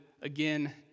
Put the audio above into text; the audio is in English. Again